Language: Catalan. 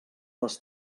les